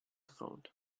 account